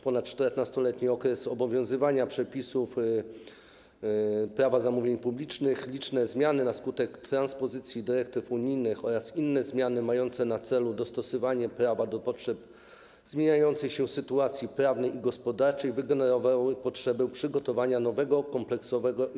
Ponad 14-letni okres obowiązywania przepisów Prawa zamówień publicznych, liczne zmiany tych przepisów na skutek transpozycji dyrektyw unijnych oraz zmiany mające na celu dostosowanie prawa do potrzeb zmieniającej się sytuacji prawnej i gospodarczej wygenerowały potrzebę przygotowania nowego, kompleksowego i